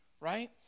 Right